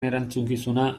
erantzukizuna